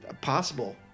possible